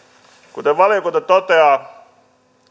kuten valiokunta toteaa